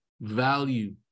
value